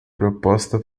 proposta